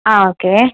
ஆ okay